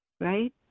right